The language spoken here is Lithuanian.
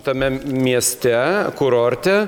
tame mieste kurorte